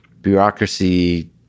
bureaucracy